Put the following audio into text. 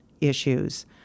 issues